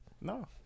no